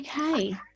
Okay